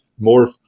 more